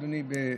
אדוני,